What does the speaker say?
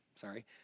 sorry